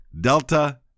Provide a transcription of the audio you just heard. Delta